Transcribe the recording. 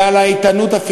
בגזענות.